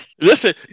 Listen